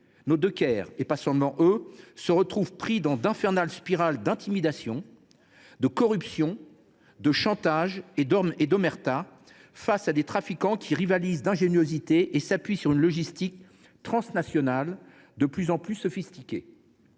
Nos dockers, et pas seulement eux, se retrouvent pris dans d’infernales spirales d’intimidation, de corruption, de chantage et d’omerta, face à des trafiquants qui rivalisent d’ingéniosité et s’appuient sur une logistique transnationale de plus en plus sophistiquée.